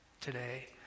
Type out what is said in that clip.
today